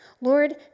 Lord